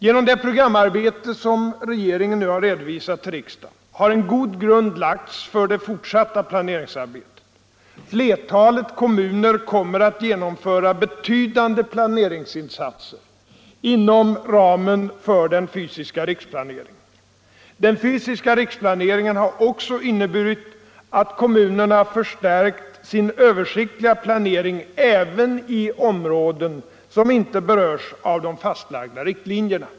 Genom det programarbete som regeringen nu har redovisat till riksdagen har en god grund lagts för det fortsatta planeringsarbetet. Flertalet kommuner kommer att genomföra betydande planeringsinsatser inom ramen för den fysiska riksplaneringen. Den fysiska riksplaneringen har också inneburit att kommunerna förstärkt sin översiktliga planering även i områden som inte berörs av de fastlagda riktlinjerna.